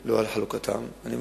לא על חלוקתן, היא ב-2010.